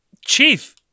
Chief